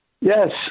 Yes